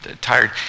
tired